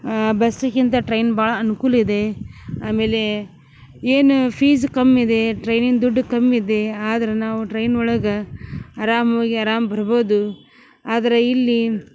ಬಸ್ಸಿಗಿಂತ train ಭಾಳ ಅನ್ಕೂಲ ಇದೆ ಆಮೇಲೆ ಏನು ಫೀಸ್ ಕಮ್ಮಿದೆ ಟ್ರೈನಿನ ದುಡ್ಡು ಕಮ್ಮಿದೆ ಆದ್ರೆ ನಾವು ಟ್ರೈನ್ ಒಳಗೆ ಅರಾಮು ಹೋಗಿ ಅರಾಮು ಬರ್ಬೋದು ಆದ್ರೆ ಇಲ್ಲಿ